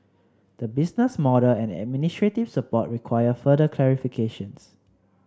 the business model and administrative support require further clarifications